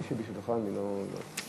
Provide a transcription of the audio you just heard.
לא ידעתי שבימי שלישי מסיימים כל כך מאוחר.